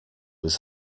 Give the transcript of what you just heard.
was